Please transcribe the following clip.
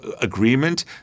agreement